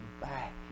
back